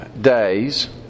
days